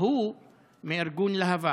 ההוא מארגון להב"ה.